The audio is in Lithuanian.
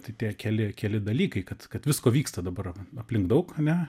tai tie keli keli dalykai kad kad visko vyksta dabar aplink daug ane